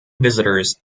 visitors